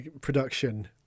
production